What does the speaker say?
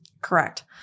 Correct